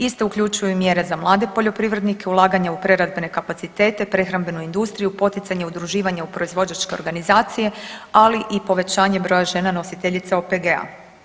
Iste uključuju i mjere za mlade poljoprivrednike, ulaganja u preradbene kapacitete, prehrambenu industriju, poticanje udruživanja u proizvođače organizacije, ali i povećanje broja žena nositeljica OPG-a.